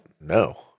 No